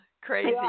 Crazy